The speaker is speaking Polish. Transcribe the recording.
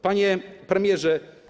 Panie Premierze!